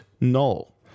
null